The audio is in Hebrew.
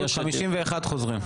15:51 חוזרים.